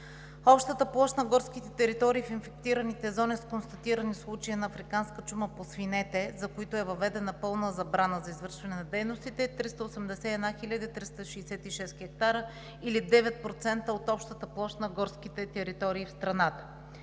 Общата площ на горските територии в инфектираните зони с констатирани случаи на африканска чума по свинете, за които е въведена пълна забрана за извършване на дейностите, е 381 хил. 366 хектара, или 9% от общата площ на горските територии в страната.